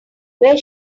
where